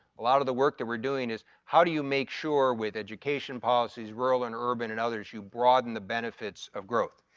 a lot of the work that we're doing is how do you make sure with education policies rural and urban and others, you brought in the benefits of growth.